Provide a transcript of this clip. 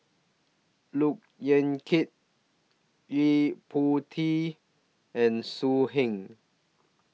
Look Yan Kit Yo Po Tee and So Heng